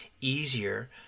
easier